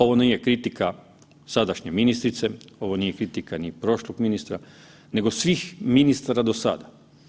Ovo nije kritika sadašnje ministrica, ovo nije kritika ni prošlog ministra, nego svih ministara do sada.